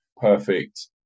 perfect